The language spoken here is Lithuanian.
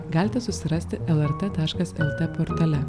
galite susirasti lrt taškas lt portale